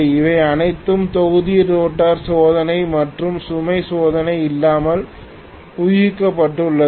அவை அனைத்தும் தொகுதி ரோட்டார் சோதனை மற்றும் சுமை சோதனை இல்லாமல் ஊகிக்கப்பட்டுள்ளன